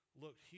looked